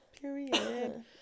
period